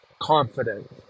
confident